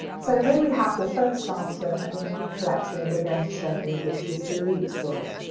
so here we have the first item in our collection that we're going to show you which is the leet book.